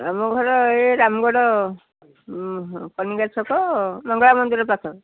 ଆମ ଘର ଏ ରାମଗଡ଼ ହୁଁ ହୁଁ କନିକା ଛକ ମଙ୍ଗଳା ମନ୍ଦିର ପାଖ